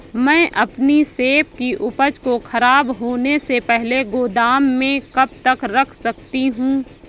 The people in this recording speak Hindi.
मैं अपनी सेब की उपज को ख़राब होने से पहले गोदाम में कब तक रख सकती हूँ?